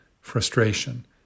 frustration